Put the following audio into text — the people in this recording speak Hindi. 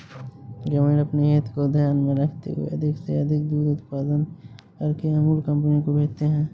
ग्रामीण अपनी हित को ध्यान में रखते हुए अधिक से अधिक दूध उत्पादन करके अमूल कंपनी को भेजते हैं